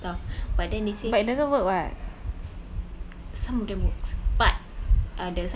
we were googling on uh how to grow taller then ada they got sell some pills and stuff but then they say